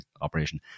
operation